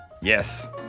Yes